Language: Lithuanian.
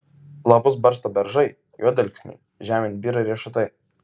lapus barsto beržai juodalksniai žemėn byra riešutai